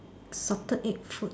Salted Egg fruit